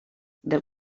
del